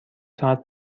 ساعت